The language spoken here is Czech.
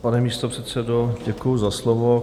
Pane místopředsedo, děkuji za slovo.